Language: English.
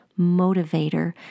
motivator